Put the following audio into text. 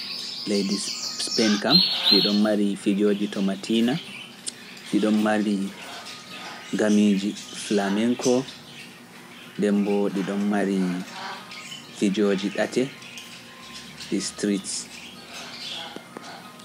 Leydi Sipen kam, ɗi ɗoon mari fijooji Tomatiina, ɗi ɗoon mari gamiiji Flamenko, nden mbo ɗi ɗoon mari fijooji ɗate, ɗi streets.